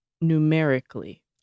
numerically